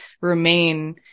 remain